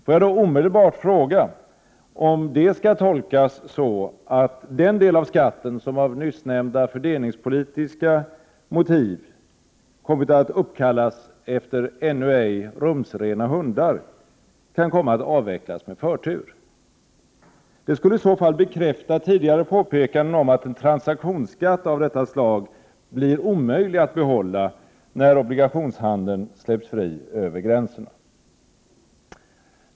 Får jag då omedelbart fråga, om det skall tolkas så, att den del av skatten som av nyssnämnda fördelningspolitiska motiv kommit att uppkallas efter ännu ej rumsrena hundar, kan komma att avvecklas med förtur? Det skulle i så fall bekräfta tidigare påpekanden om att en transaktionsskatt av detta slag blir omöjlig att behålla när obligationshandeln släpps fri över gränserna.